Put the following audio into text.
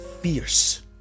fierce